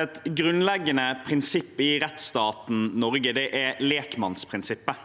Et grunn- leggende prinsipp i rettsstaten Norge er lekmannsprinsippet,